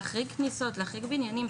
להחריג כניסות, להחריג בניינים,